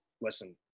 listen